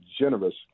generous